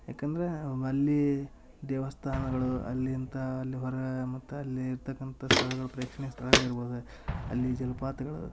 ಯಾಕಂದರೆ ನಮ್ಮಲ್ಲಿ ದೇವಸ್ಥಾನಗಳು ಅಲ್ಲಿಂತ ಅಲ್ಲಿ ಹೊರ ಮತ್ತೆ ಅಲ್ಲಿ ಇರ್ತಕ್ಕಂಥ ಸ್ಥಳಗಳು ಪ್ರೇಕ್ಷಣೀಯ ಸ್ಥಳಗಳಿರ್ಬೋದು ಅಲ್ಲಿ ಜಲಪಾತಗಳು